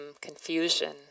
confusion